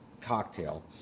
cocktail